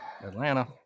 Atlanta